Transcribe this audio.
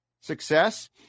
success